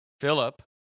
Philip